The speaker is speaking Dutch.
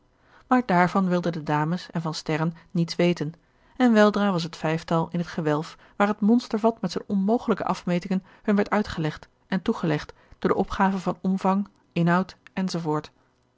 maar daarvan wilden de dames en van sterren niets weten en weldra was het vijftal in het gewelf waar het gerard keller het testament van mevrouw de tonnette monstervat met zijne onmogelijke afmetingen hun werd uitgelegd en toegelicht door de opgave van omvang inhoud